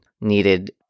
needed